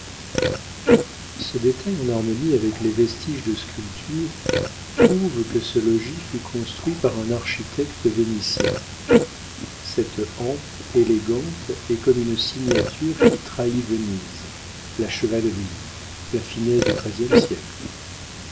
ce détail en harmonie avec les vestiges de sculpture prouve que ce logis fut construit par un architecte vénitien cette hampe élégante est comme une signature qui trahit venise la chevalerie la finesse du treizième siècle